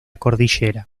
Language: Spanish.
cordillera